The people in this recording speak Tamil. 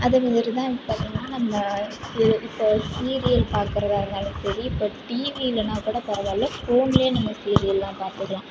அதுமாதிரிதான் இப்போ வந்து நம்ம சீரியல் இப்போ சீரியல் பாக்கிறதா இருந்தாலும் சரி இப்போ டிவி இல்லைன்னா கூட பரவாயில்ல ஃபோன்லேயே நம்ம சீரியல்லாம் பார்த்துக்கலாம்